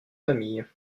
famille